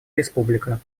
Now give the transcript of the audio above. республика